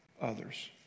others